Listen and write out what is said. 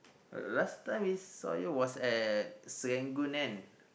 last time was at Serangoon kan